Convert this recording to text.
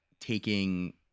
taking